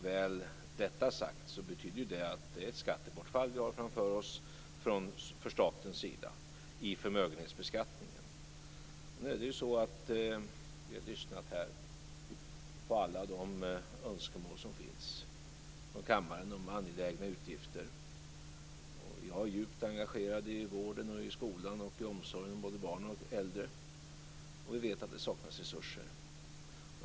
När det väl är sagt innebär det att staten har ett skattebortfall framför sig när det gäller förmögenhetsbeskattningen. Jag har här lyssnat på alla de önskemål som finns från kammarens ledamöter om angelägna utgifter. Jag är djupt engagerad i vården, i skolan och i omsorgen om både barn och äldre, och vi vet att det saknas resurser.